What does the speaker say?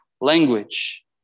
language